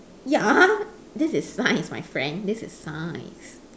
ya this is science my friend this is science